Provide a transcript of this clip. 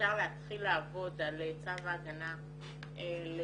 אפשר להתחיל לעבוד על צו ההגנה למבקר.